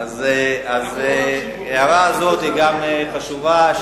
ההערה הזו גם חשובה,